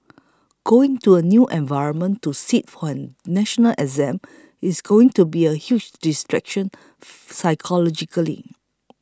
going to a new environment to sit for a national exam is going to be a huge distraction psychologically